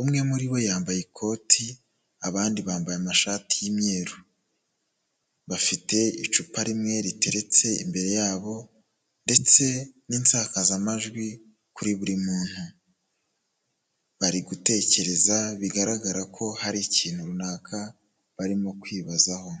umwe muri bo yambaye ikoti, abandi bambaye amashati y'imyeru. Bafite icupa rimwe riteretse imbere yabo ndetse n'insakazamajwi kuri buri muntu. Bari gutekereza bigaragara ko hari ikintu runaka barimo kwibazaho.